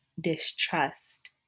distrust